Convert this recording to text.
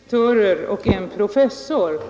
Fru talman! Bara ett litet klarläggande. Det var sex direktörer och en professor